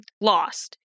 lost